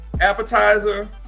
appetizer